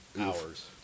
Hours